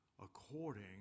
according